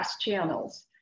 channels